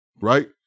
Right